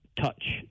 touch